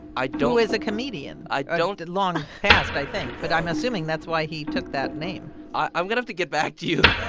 i don't. who is a comedian. i don't. long passed, i think. but i'm assuming that's why he took that name i'm going to have to get back to you.